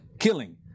Killing